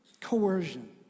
coercion